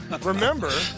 remember